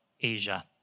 Asia